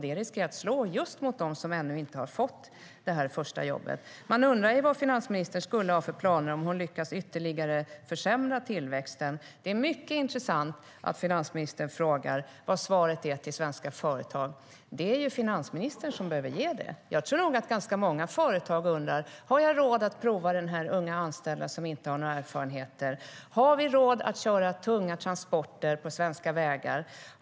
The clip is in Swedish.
Det riskerar att slå just mot dem som ännu inte har fått det första jobbet. Jag tror nog att ganska många företag undrar: Har jag råd att prova den unga anställda som inte har några erfarenheter? Har vi råd att köra tunga transporter på svenska vägar?